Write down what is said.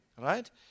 right